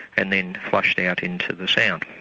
and then flushed out into the sound.